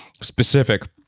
specific